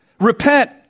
Repent